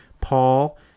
Paul